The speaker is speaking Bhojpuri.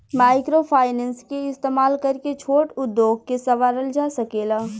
माइक्रोफाइनेंस के इस्तमाल करके छोट उद्योग के सवारल जा सकेला